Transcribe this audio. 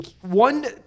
one –